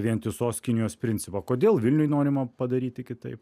vientisos kinijos principą kodėl vilniuj norima padaryti kitaip